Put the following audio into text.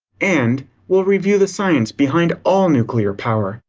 and we'll review the science behind all nuclear power,